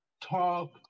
talk